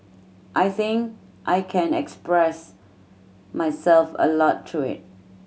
I think I can express myself a lot through it